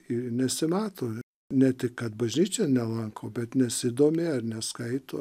ir nesimato ne tik kad bažnyčią nelanko bet nesidomi ar neskaito